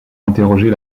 interroger